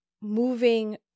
moving